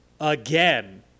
again